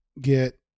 get